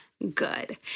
good